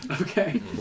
Okay